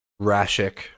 Rashik